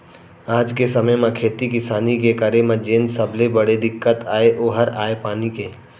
आज के समे म खेती किसानी के करे म जेन सबले बड़े दिक्कत अय ओ हर अय पानी के